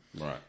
Right